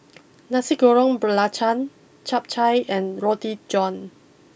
Nasi Goreng Belacan Chap Chai and Roti John